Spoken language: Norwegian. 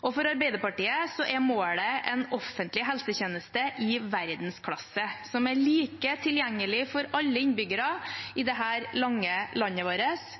For Arbeiderpartiet er målet en offentlig helsetjeneste i verdensklasse, som er like tilgjengelig for alle innbyggerne i dette lange landet vårt,